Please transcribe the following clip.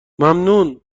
ممنون